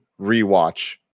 rewatch